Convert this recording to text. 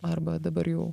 arba dabar jau